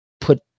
put